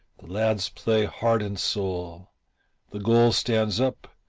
the lads play heart and soul the goal stands up,